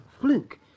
fluke